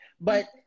but-